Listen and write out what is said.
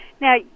Now